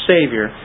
Savior